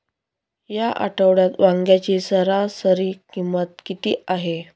या आठवड्यात वांग्याची सरासरी किंमत किती आहे?